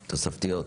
תוספתיות.